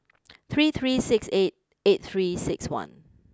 three three six eight eight three six one